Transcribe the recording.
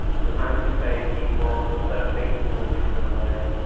to emancipate people to start thinking in a different way.